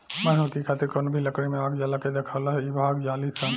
मधुमक्खी खातिर कवनो भी लकड़ी में आग जला के देखावला से इ भाग जालीसन